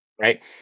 right